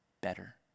better